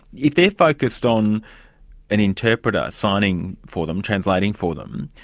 if they're focused on an interpreter signing for them, translating for them,